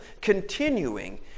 continuing